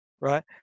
Right